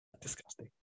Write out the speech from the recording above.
disgusting